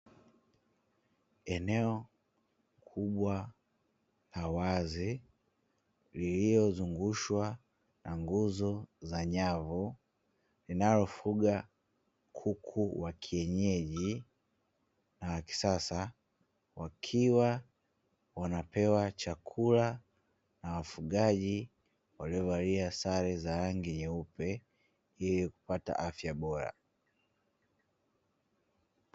Eneo kubwa la wazi lililozungushwa na nguzo za nyavu linalofuga kuku wa kienyeji na kisasa wakiwa wanapewa chakula na wafugaji waliovalia sare za rangi nyeupe ilikupata afya bora.